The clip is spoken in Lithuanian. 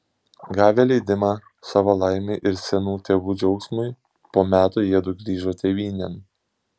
gavę leidimą savo laimei ir senų tėvų džiaugsmui po metų jiedu grįžo tėvynėn